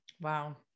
Wow